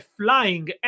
flying